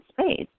space